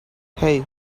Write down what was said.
hey